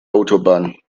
autobahn